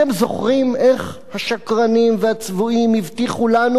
אתם זוכרים איך השקרנים והצבועים הבטיחו לנו